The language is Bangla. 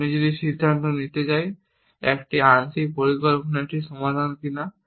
আপনি যদি সিদ্ধান্ত নিতে চান যে একটি আংশিক পরিকল্পনা একটি সমাধান কিনা